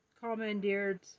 commandeered